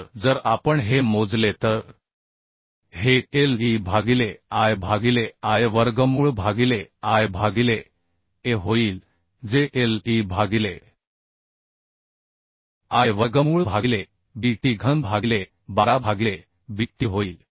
तर जर आपण हे मोजले तर हे L e भागिले I भागिले I वर्गमूळ भागिले I भागिले a होईल जे L e भागिले I वर्गमूळ भागिले b t घन भागिले 12 भागिले b t होईल